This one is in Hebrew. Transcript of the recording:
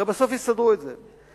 הרי בסוף יסדרו את זה,